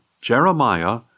Jeremiah